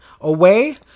away